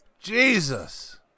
Jesus